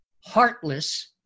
heartless